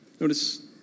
Notice